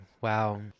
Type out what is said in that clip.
Wow